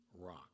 rock